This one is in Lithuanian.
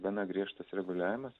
gana griežtas reguliavimas